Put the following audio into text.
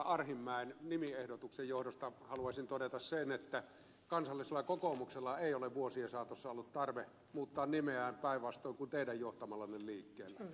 arhinmäen nimiehdotuksen johdosta haluaisin todeta sen että kansallisella kokoomuksella ei ole vuosien saatossa ollut tarve muuttaa nimeään päinvastoin kuin teidän johtamallanne liikkeellä